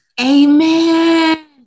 Amen